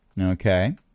Okay